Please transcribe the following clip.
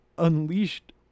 unleashed